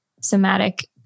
somatic